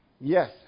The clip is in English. yes